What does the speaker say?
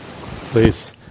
Please